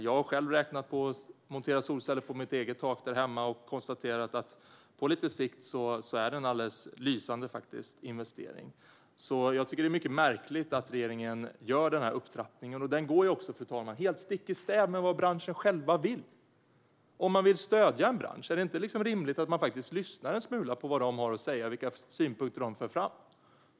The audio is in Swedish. Jag har själv räknat på att montera solceller på mitt eget tak där hemma, och jag har konstaterat att på lite sikt är det en alldeles lysande investering. Det är mycket märkligt att regeringen gör denna upptrappning, och den går helt stick i stäv med vad branschen själv vill. Om man vill stödja en bransch är det väl rimligt att lyssna en smula på vad den har att säga och vilka synpunkter som förs fram.